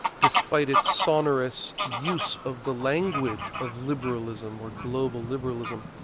despite its sonorous use of the language of liberalism, or global liberalism,